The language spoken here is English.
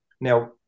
Now